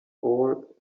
all